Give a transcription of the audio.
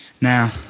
Now